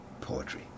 poetry